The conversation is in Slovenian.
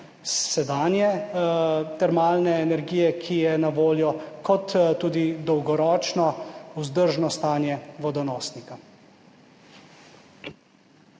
sedanje termalne energije, ki je na voljo, kot tudi dolgoročno vzdržno stanje vodonosnika.